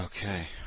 Okay